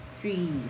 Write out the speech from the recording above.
three